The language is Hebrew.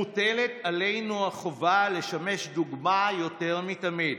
מוטלת עלינו החובה לשמש דוגמה יותר מתמיד,